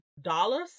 dollars